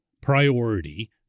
priority